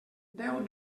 deu